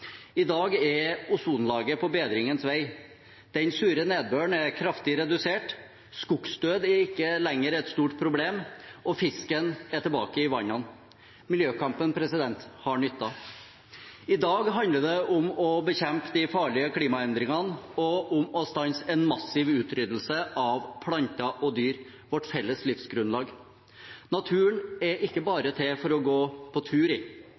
I dag er ozonlaget på bedringens vei, den sure nedbøren er kraftig redusert, skogsdød er ikke lenger et stort problem, og fisken er tilbake i vannene. Miljøkampen har nyttet. I dag handler det om å bekjempe de farlige klimaendringene og om å stanse en massiv utryddelse av planter og dyr, vårt felles livsgrunnlag. Naturen er ikke bare til for å gå på tur i.